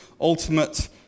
ultimate